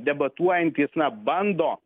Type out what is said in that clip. debatuojantys na bando